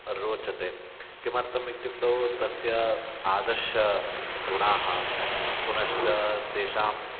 रोचते किमर्थम् इत्युक्ते तस्य आदर्शगुणाः पुनश्च तेषां